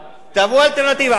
אלטרנטיבה, תהוו אלטרנטיבה.